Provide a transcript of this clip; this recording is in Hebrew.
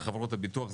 חברות הביטוח.